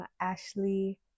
Ashley